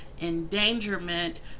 endangerment